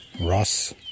Ross